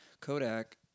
Kodak